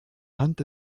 hand